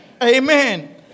Amen